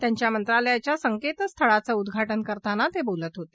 त्यांच्या मंत्रालयाच्या संकेतस्थळाचं उद्घाटन करताना ते बोलत होते